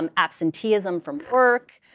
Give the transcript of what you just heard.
um absenteeism from work,